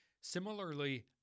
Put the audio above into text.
Similarly